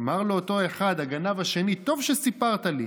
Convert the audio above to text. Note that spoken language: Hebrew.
אמר לו אותו אחד, הגנב השני: טוב שסיפרת לי,